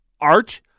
art